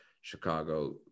Chicago